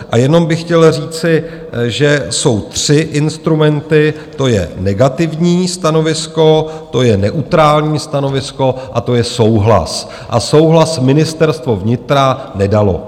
A jenom bych chtěl říci, že jsou tři instrumenty to je negativní stanovisko, to je neutrální stanovisko a to je souhlas, a souhlas Ministerstvo vnitra nedalo.